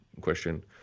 question